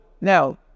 Now